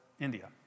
India